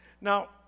Now